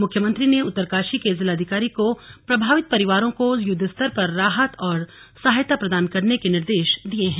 मुख्यमंत्री ने उत्तरकाशी के जिलाधिकारी को प्रभावित परिवारों को युद्धस्तर पर राहत और सहायता प्रदान करने के निर्देश दिये हैं